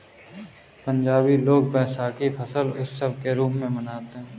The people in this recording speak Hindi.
पंजाबी लोग वैशाखी फसल उत्सव के रूप में मनाते हैं